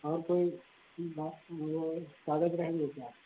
और कोई बा वो कागज रह गई क्या